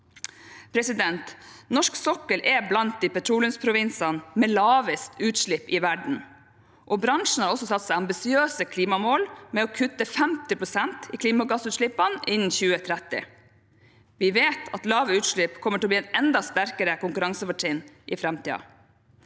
sokkel. Norsk sokkel er blant petroleumsprovinsene med lavest utslipp i verden. Bransjen har også satt seg ambisiøse klimamål med å kutte 50 pst. i klimagassutslippene innen 2030. Vi vet at lave utslipp kommer til å bli et enda sterkere konkurransefortrinn i framtiden.